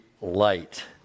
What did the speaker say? light